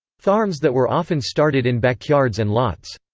farms that were often started in backyards and lots.